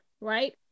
right